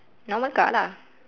normal car lah